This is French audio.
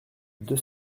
deux